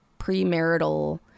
premarital